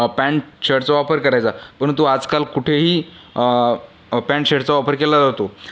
pant शर्टचा वापर करायचा परंतु आजकाल कुठेही पॅन्ट शर्टचा वापर केला जातो